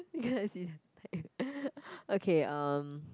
okay um